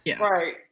Right